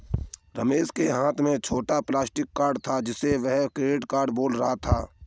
रमेश के हाथ में छोटा प्लास्टिक कार्ड था जिसे वह क्रेडिट कार्ड बोल रहा था